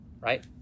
right